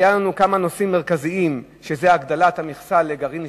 היו לנו כמה נושאים מרכזיים הגדלת המכסה לגרעין משפחתי,